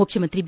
ಮುಖ್ಯಮಂತ್ರಿ ಬಿ